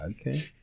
Okay